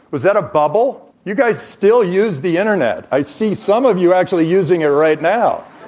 was that a bubble? you guys still use the internet. i see some of you actually using it right now.